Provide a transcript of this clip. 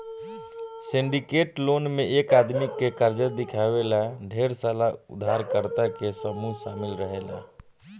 syndicate loan में एक आदमी के कर्जा दिवावे ला ढेर सारा उधारकर्ता के समूह शामिल रहेला